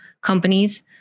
companies